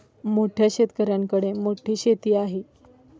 मोठ्या शेतकऱ्यांकडे खूप मोठी शेती आहे